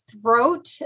throat